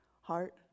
heart